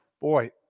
boy